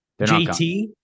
JT